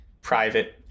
private